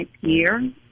year